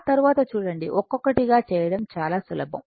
ఆ తర్వాత చూడండి ఒక్కొక్కటిగా చేయడం చాలా సులభం